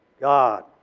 God